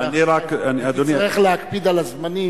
נצטרך להקפיד על הזמנים.